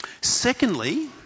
Secondly